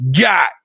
got